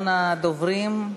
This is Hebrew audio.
אחרון הדוברים.